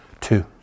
Two